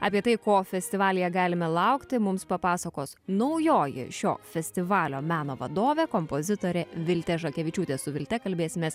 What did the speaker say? apie tai ko festivalyje galime laukti mums papasakos naujoji šio festivalio meno vadovė kompozitorė viltė žakevičiūtė su vilte kalbėsimės